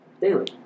daily